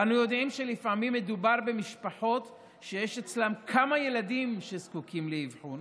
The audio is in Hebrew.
ואנו יודעים שלפעמים מדובר במשפחות שיש אצלן כמה ילדים שזקוקים לאבחון,